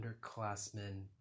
underclassmen